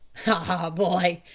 ah! boy,